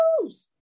choose